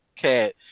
cat